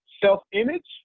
Self-image